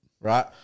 Right